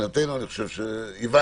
מבחינתנו אני חושב שהבנו,